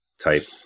type